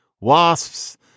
wasps